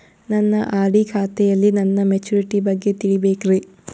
ನನ್ನ ಆರ್.ಡಿ ಖಾತೆಯಲ್ಲಿ ನನ್ನ ಮೆಚುರಿಟಿ ಬಗ್ಗೆ ತಿಳಿಬೇಕ್ರಿ